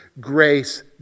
Grace